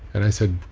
and i said,